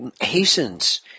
hastens